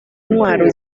intwaro